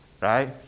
Right